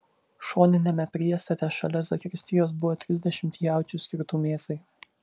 šoniniame priestate šalia zakristijos buvo trisdešimt jaučių skirtų mėsai